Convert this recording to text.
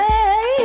Hey